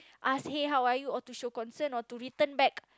ask hey how are you or to show concern or to return back